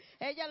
ella